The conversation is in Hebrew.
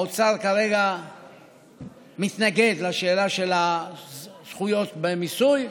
האוצר מתנגד לשאלה של זכויות במיסוי.